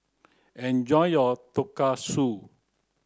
enjoy your Tonkatsu